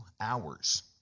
hours